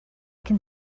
can